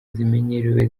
zimenyerewe